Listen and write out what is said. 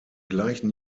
gleichen